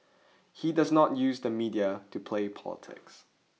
he does not use the media to play politics